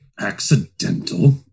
Accidental